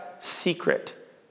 secret